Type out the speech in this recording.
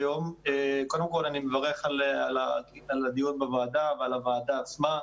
קודם כול אני מברך על הדיון בוועדה ועל הוועדה עצמה.